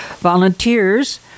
Volunteers